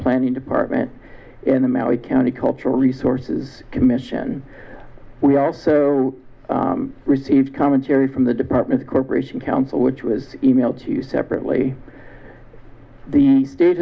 planning department in a mouse county cultural resources commission we also received commentary from the department corporation council which was emailed to separately the